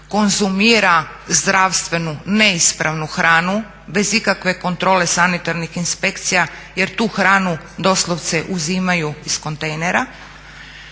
konzumira zdravstvenu neispravnu hranu bez ikakve kontrole sanitarnih inspekcija jer tu hranu doslovce uzimaju iz kontejnera.